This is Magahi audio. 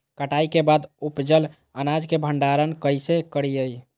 कटाई के बाद उपजल अनाज के भंडारण कइसे करियई?